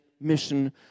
mission